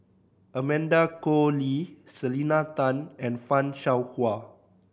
Amanda Koe Lee Selena Tan and Fan Shao Hua